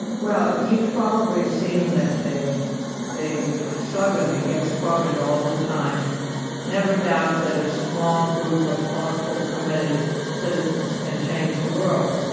well, you've probably seen the the slogan that gets quoted all the time never doubt that a small group of thoughtful, committed citizens can change the world.